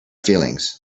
feelings